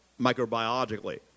microbiologically